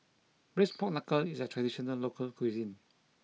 Braised Pork Knuckle is a traditional local cuisine